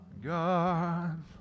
God